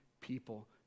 people